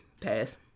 pass